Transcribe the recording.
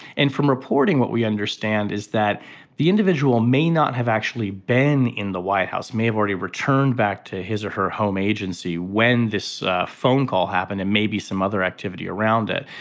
and from reporting what we understand is that the individual may not have actually been in the white house may have already returned back to his or her home agency when this phone call happened and maybe some other activity around it.